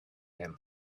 him